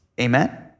Amen